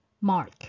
Mark